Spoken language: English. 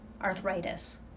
Arthritis